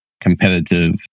competitive